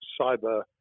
cyber